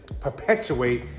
perpetuate